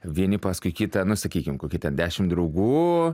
vieni paskui kitą nu sakykim kokie ten dešim draugų